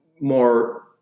more